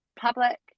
public